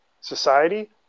society